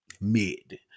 mid